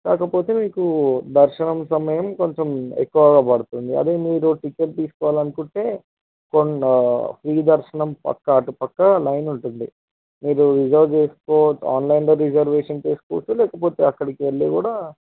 కాకపోతే మీకు దర్శనం సమయం కొంచెం ఎక్కువగా పడుతుంది అదే మీరు టికెట్ తీసుకోవాలి అనుకుంటే కొండ ఫ్రీ దర్శనం ప్రక్క అటుపక్క లైన్ ఉంటుంది మీరు రిజర్వ్ చేసుకో ఆన్లైన్లో రిజర్వేషన్ చేసుకోవచ్చు లేకపోతే అక్కడికి వెళ్ళి కూడా